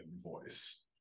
voice